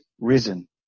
risen